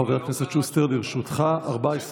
חבר הכנסת שוסטר, לרשותך 14 דקות.